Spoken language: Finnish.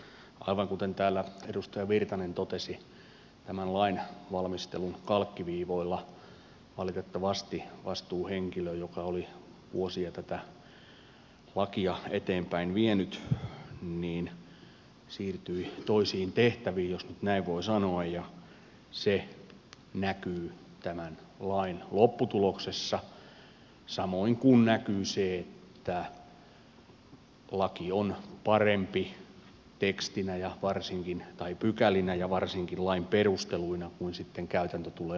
aivan kuten täällä edustaja virtanen totesi tämän lainvalmistelun kalkkiviivoilla valitettavasti vastuuhenkilö joka oli vuosia tätä lakia eteenpäin vienyt siirtyi toisiin tehtäviin jos nyt näin voi sanoa ja se näkyy tämän lain lopputuloksessa samoin kuin näkyy se että laki on parempi pykälinä ja varsinkin lain perusteluina kuin sitten käytäntö tulee olemaan